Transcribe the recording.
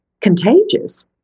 contagious